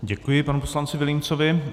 Děkuji panu poslanci Vilímcovi.